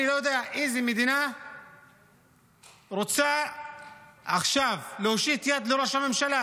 אני לא יודע איזו מדינה רוצה עכשיו להושיט יד לראש הממשלה,